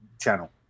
channel